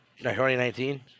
2019